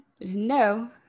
No